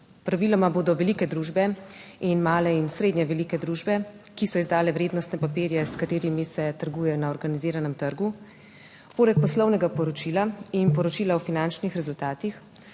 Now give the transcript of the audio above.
Praviloma bodo velike družbe in male in srednje velike družbe, ki so izdale vrednostne papirje, s katerimi se trguje na organiziranem trgu, poleg poslovnega poročila in poročila o finančnih rezultatih